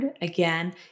again